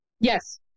Yes